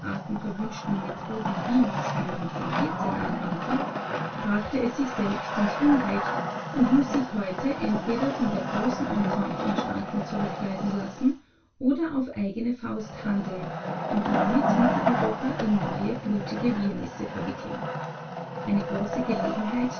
verwünschten methoden wiens von anwandte brachte es sich selbst ins unrecht und muß sich heute entweder von der großen entente in schranken zurückweisen lassen oder auf eigene faust handeln und damit mitteleuropa in neue blutige wirrnisse verwickeln eine große gelegenheit